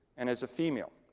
and as a female.